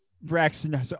Braxton